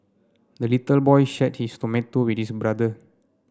the little boy shared his tomato with his brother